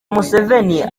museveni